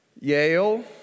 Yale